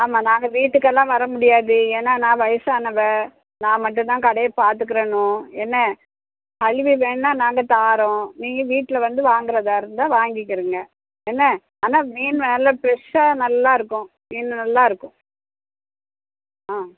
ஆமாம் நாங்கள் வீட்டுக்கெல்லாம் வர முடியாது ஏன்னா நான் வயசானவ நான் மட்டும்தான் கடையை பார்த்துக்கிறணும் என்ன கழுவி வேணா நாங்கள் தரோம் நீங்கள் வீட்டில் வந்து வாங்கறதாக இருந்தால் வாங்கிக்கிடுங்க என்ன ஆனால் மீன் எல்லாம் ஃப்ரெஷ்ஷாக நல்லா இருக்கும் மீன் நல்லா இருக்கும் ஆ